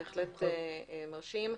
בהחלט מרשים,